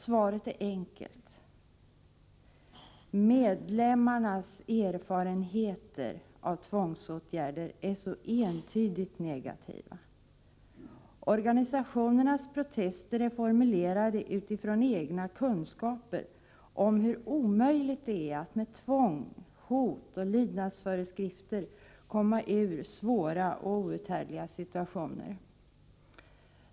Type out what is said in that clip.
Svaret är enkelt: Medlemmarnas erfarenheter av tvångsåtgärder är så entydigt negativa. Organisationernas protester är formulerade utifrån egna kunskaper om hur omöjligt det är att med tvång, hot och lydnadsföreskrifter komma ur svåra och outhärdliga situationer.